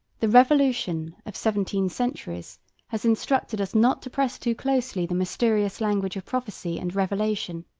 the revolution of seventeen centuries has instructed us not to press too closely the mysterious language of prophecy and revelation